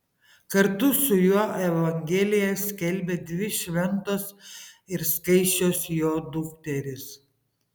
kartu su juo evangeliją skelbė dvi šventos ir skaisčios jo dukterys